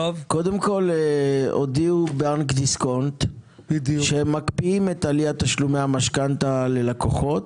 קודם כל הודיע בנק דיסקונט שהם מקפיאים עליית תשלומי המשכנתא ללקוחות.